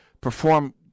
perform